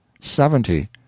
Seventy